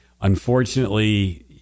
Unfortunately